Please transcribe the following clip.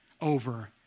over